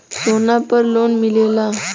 सोना पर लोन मिलेला?